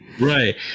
Right